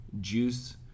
juice